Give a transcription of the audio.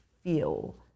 feel